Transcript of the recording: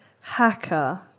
Hacker